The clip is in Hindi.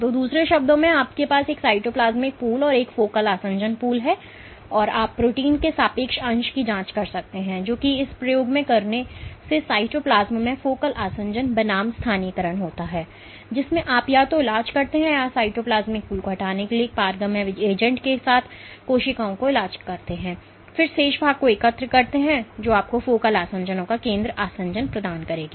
तो दूसरे शब्दों में आपके पास एक साइटोप्लाज्मिक पूल और एक फोकल आसंजन पूल है और आप प्रोटीन के सापेक्ष अंश की जांच कर सकते हैं जो कि इस प्रयोग को करने से साइटोप्लाज्म में फोकल आसंजन बनाम स्थानीयकरण होता है जिसमें आप या तो इलाज करते हैं साइटोप्लाज्मिक पूल को हटाने के लिए एक पारगम्य एजेंट के साथ कोशिकाओं का इलाज करते हैं या फिर शेष भाग को एकत्र करते हैं जो आपको फोकल आसंजनों का केंद्र आसंजन प्रदान करेगी